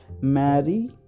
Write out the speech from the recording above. marry